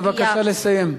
בבקשה לסיים.